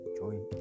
join